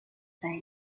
pas